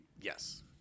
Yes